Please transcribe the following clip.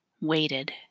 waited